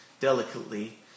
delicately